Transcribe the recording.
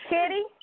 Kitty